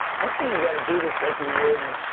i think you gotta do this like you would,